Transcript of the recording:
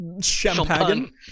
champagne